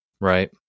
right